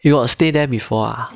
you got stay there before ah